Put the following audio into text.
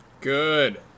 Good